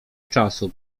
czasu